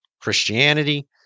Christianity